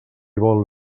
vol